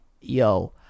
Yo